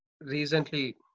recently